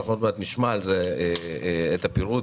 עוד מעט נשמע על זה את הפירוט